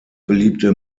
beliebte